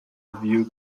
view